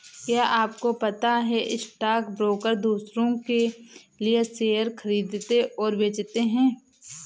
क्या आपको पता है स्टॉक ब्रोकर दुसरो के लिए शेयर खरीदते और बेचते है?